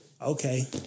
Okay